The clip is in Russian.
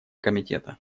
комитета